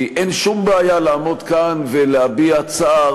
כי אין שום בעיה לעמוד כאן ולהביע צער